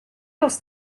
els